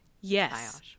Yes